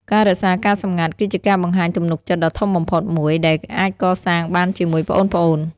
ការរក្សាការសម្ងាត់គឺជាការបង្ហាញទំនុកចិត្តដ៏ធំបំផុតមួយ ដែលអាចកសាងបានជាមួយប្អូនៗ។